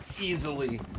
Easily